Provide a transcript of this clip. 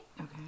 Okay